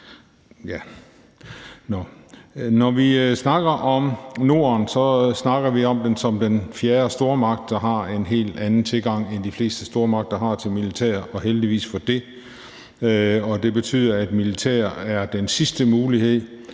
når vi snakker om Norden, snakker vi om den som den fjerde stormagt, der har en helt anden tilgang, end de fleste stormagter har til militær, og heldigvis for det. Og det betyder, at militæret er den sidste mulighed.